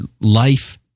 life